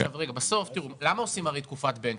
למה עושים תקופת בנצ'מרק?